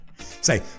Say